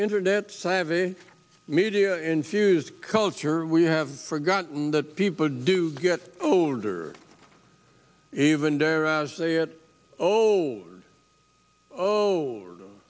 internet savvy media infused culture we have forgotten that people do get older even dare i say it oh oh